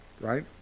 right